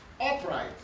upright